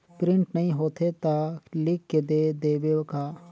Print नइ होथे ता लिख के दे देबे का?